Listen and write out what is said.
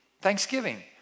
Thanksgiving